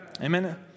Amen